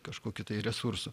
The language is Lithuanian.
kažkokių tai resursų